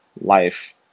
life